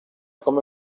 come